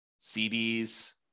CDs